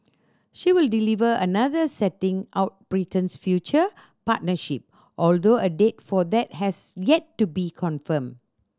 she will deliver another setting out Britain's future partnership although a date for that has yet to be confirmed